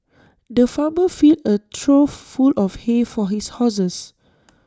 the farmer filled A trough full of hay for his horses